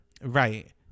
right